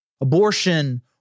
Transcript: abortion